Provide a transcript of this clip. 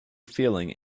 feeling